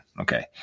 Okay